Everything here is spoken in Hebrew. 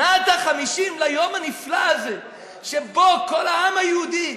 שנת ה-50 ליום הנפלא הזה שבו כל העם היהודי,